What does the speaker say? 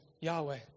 Yahweh